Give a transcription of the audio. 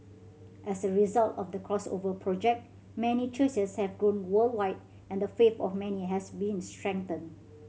as a result of the Crossover Project many churches have grown worldwide and the faith of many has been strengthened